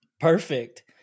Perfect